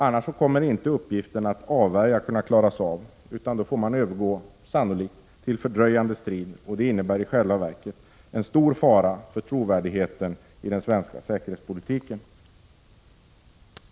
Annars kommer inte uppgiften att avvärja att kunna klaras, utan då får man sannolikt övergå till fördröjande strid, vilket i själva verket innebär en stor fara för trovärdigheten i den svenska säkerhetspolitiken.